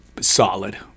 solid